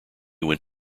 went